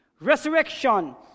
Resurrection